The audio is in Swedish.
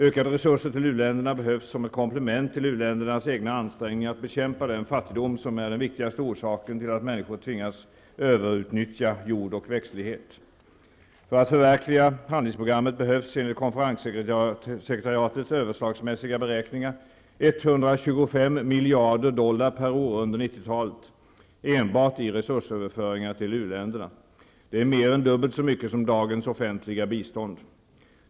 Ökade resurser till u-länderna behövs som ett komplement till u-ländernas egna ansträngningar att bekämpa den fattigdom som är den viktigaste orsaken till att människor tvingas överutnyttja jord och växtlighet. För att förverkliga handlingsprogrammet behövs -- enligt konferenssekretariatets överslagsmässiga beräkningar -- 125 miljarder dollar per år under 1990-talet enbart i resursöverföringar till uländerna. Det är mer än dubbelt så mycket som dagens offentliga bistånd.